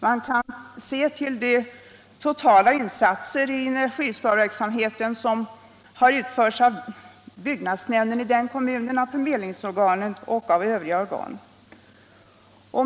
Man kan se till de totala insatser i energisparverksamheten som görs av byggnadsnämnden, av förmedlingsorganet och av övriga organ.